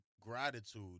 gratitude